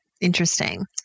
Interesting